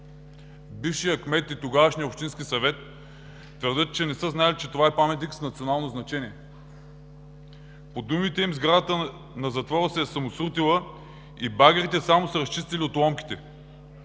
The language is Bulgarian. Бившият кмет и тогавашен общински съвет твърдят, че не са знаели, че това е паметник с национално значение. По думите им сградата на затвора се е самосрутила и багерите само са разчистили отломките.